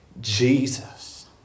Jesus